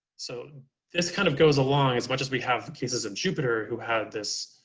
so this kind of goes along, as much as we have cases of jupiter who had this,